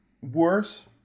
worse